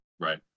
right